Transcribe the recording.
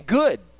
good